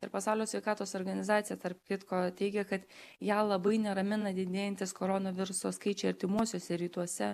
ir pasaulio sveikatos organizacija tarp kitko teigia kad ją labai neramina didėjantys koronaviruso skaičiai artimuosiuose rytuose